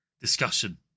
Discussion